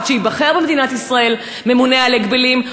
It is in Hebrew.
עד שייבחר במדינת ישראל ממונה על הגבלים,